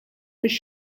fix